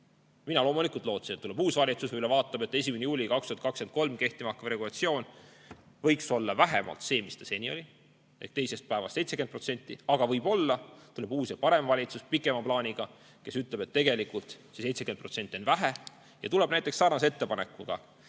Mina loomulikult lootsin, et tuleb uus valitsus, vaatab selle üle ja [leiab,] et 1. juulil 2023 kehtima hakkav regulatsioon võiks olla vähemalt selline, nagu seni oli, et teisest päevast 70%, aga võib-olla tuleb uus ja parem valitsus pikema plaaniga, kes ütleb, et tegelikult see 70% on vähe, ja tuleb välja näiteks sarnase ettepanekuga,